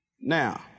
Now